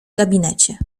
gabinecie